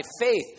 faith